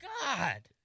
God